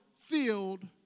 filled